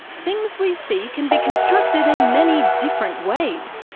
things we see can be constructed in many different ways.